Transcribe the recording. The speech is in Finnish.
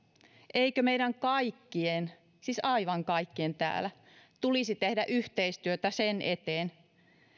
eikö meidän kaikkien siis aivan kaikkien täällä tulisi tehdä yhteistyötä sen eteen